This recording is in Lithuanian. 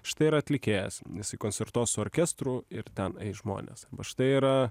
štai yra atlikėjas jisai koncertuos su orkestru ir ten eis žmonės arba štai yra